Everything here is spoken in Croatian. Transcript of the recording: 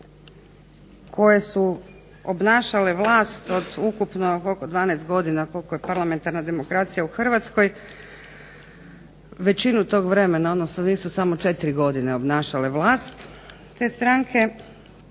koje su obnašale vlast od ukupno oko 12 godina koliko je parlamentarna demokracija u Hrvatskoj većinu tog vremena, odnosno nisu samo 4 godine obnašale vlast te stranke,